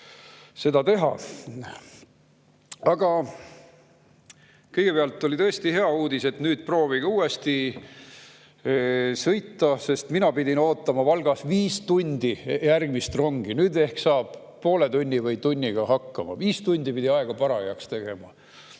seda teha. Aga kõigepealt oli tõesti hea uudis. Nüüd proovige uuesti sõita. Mina pidin ootama Valgas viis tundi järgmist rongi, nüüd ehk saab poole tunni või tunniga hakkama. Viis tundi pidin aega parajaks tegema.